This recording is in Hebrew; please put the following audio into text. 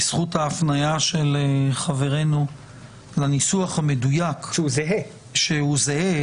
בזכות ההפניה של חברנו לניסוח המדויק שהוא זהה,